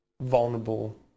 vulnerable